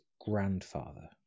grandfather